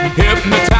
hypnotized